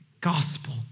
gospel